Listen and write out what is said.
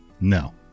no